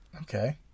okay